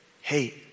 hey